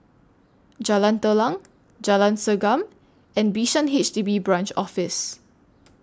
Jalan Telang Jalan Segam and Bishan H D B Branch Office